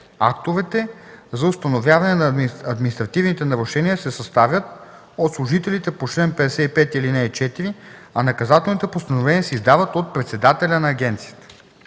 Актовете за установяване на административните нарушения се съставят от служителите по чл. 55, ал. 4, а наказателните постановления се издават от председателя на агенцията.”